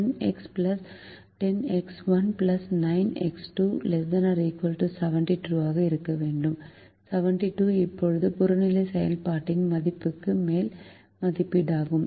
10 x 1 9 x 2 ≤72 ஆக இருக்க வேண்டும் 72 இப்போது புறநிலை செயல்பாட்டின் மதிப்புக்கு மேல் மதிப்பீடாகும்